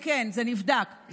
את יודעת שבאירופה ההכשרה היא